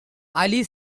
ali